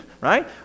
right